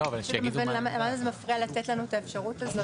למה זה מפריע לתת לנו את האפשרות הזאת,